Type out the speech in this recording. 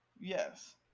Yes